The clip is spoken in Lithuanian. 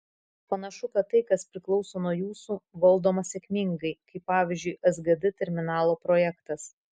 panašu kad tai kas priklauso nuo jūsų valdoma sėkmingai kaip pavyzdžiui sgd terminalo projektas